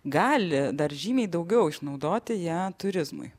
gali dar žymiai daugiau išnaudoti ją turizmui